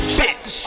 bitch